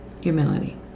humility